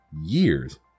years